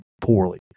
poorly